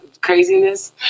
craziness